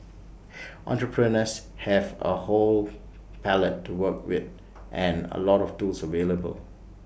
entrepreneurs have A whole palette to work with and A lot of tools available